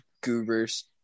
goobers